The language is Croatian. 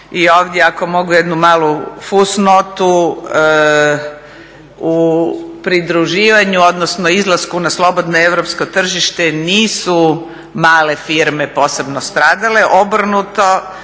I ovdje ako mogu jednu malu fus notu u pridruživanju, odnosno izlasku na slobodno europsko tržište nisu male firme posebno stradale. Obrnuto